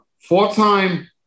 four-time